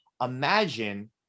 imagine